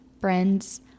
friends